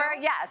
Yes